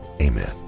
Amen